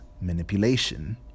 manipulation